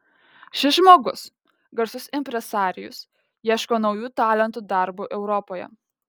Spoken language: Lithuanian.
šis žmogus garsus impresarijus ieško naujų talentų darbui europoje